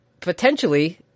potentially